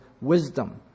wisdom